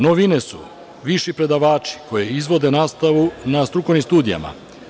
Novine su viši predavači koji izvode nastavu na strukovnim studijima.